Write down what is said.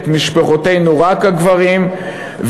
את משפחותינו רק הגברים,